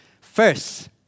First